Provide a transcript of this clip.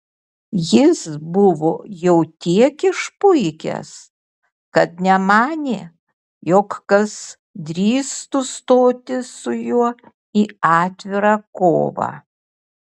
jis buvo jau tiek išpuikęs kad nemanė jog kas drįstų stoti su juo į atvirą kovą